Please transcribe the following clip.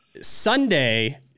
Sunday